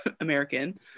american